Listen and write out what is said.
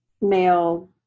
male